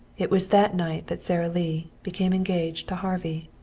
it was that night that sara lee became engaged to harvey.